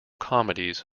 comedies